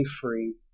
free